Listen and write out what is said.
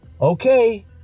Okay